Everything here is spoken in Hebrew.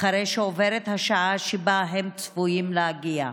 אחרי שעוברת השעה שבה הם צפויים להגיע.